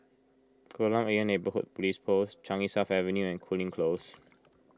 Kolam Ayer Neighbourhood Police Post Changi South Avenue and Cooling Close